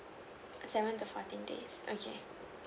seven to fourteen days okay